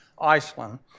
Iceland